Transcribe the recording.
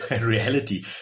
reality